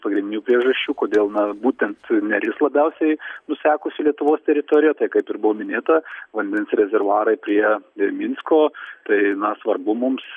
pagrindinių priežasčių kodėl na būtent neris labiausiai nusekusi lietuvos teritorijo tai kaip ir buvo minėta vandens rezervuarai prie i minsko tai na svarbu mums